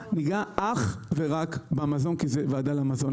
ניגע אך ורק במזון כי זו ועדה למזון.